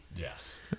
Yes